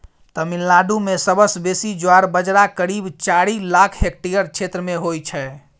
तमिलनाडु मे सबसँ बेसी ज्वार बजरा करीब चारि लाख हेक्टेयर क्षेत्र मे होइ छै